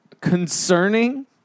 concerning